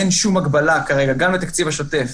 אין שום הגבלה כרגע גם לתקציב השוטף,